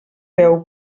deu